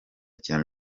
kina